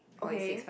okay